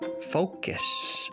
Focus